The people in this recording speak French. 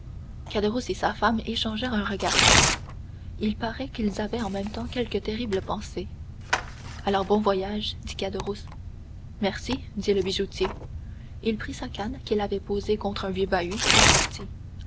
et sa femme échangèrent un regard sombre il paraît qu'ils avaient en même temps quelque terrible pensée alors bon voyage dit caderousse merci dit le bijoutier il prit sa canne qu'il avait posée contre un vieux bahut et sortit